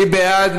מי בעד?